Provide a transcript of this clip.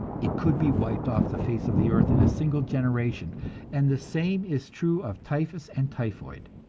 it could be wiped off the face of the earth in a single generation and the same is true of typhus and typhoid.